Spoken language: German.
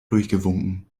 durchgewunken